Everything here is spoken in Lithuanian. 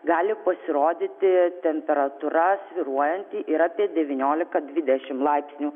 gali pasirodyti temperatūra svyruojanti ir apie devyniolika dvidešimt laipsnių